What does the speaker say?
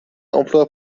emplois